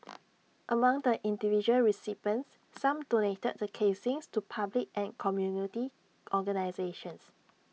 among the individual recipients some donated the casings to public and community organisations